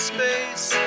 space